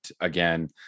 again